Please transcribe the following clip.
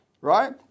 right